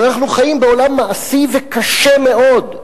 אבל אנחנו חיים בעולם מעשי וקשה מאוד,